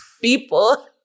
people